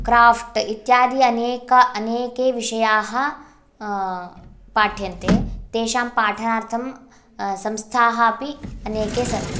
craft इत्यादि अनेक अनेके विषयाः पाठ्यन्ते तेषां पाठनार्थं संस्थाः अपि अनेके सन्ति